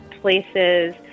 places